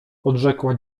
odrzekła